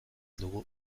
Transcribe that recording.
dugu